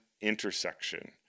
intersection